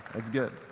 it's good.